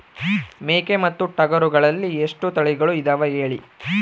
ಮೇಕೆ ಮತ್ತು ಟಗರುಗಳಲ್ಲಿ ಎಷ್ಟು ತಳಿಗಳು ಇದಾವ ಹೇಳಿ?